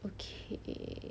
okay